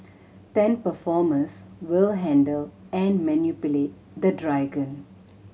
ten performers will handle and manipulate the dragon